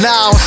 Now